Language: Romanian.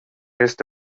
este